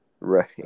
Right